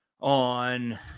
on